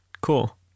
Cool